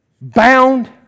bound